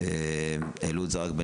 היא העובדים.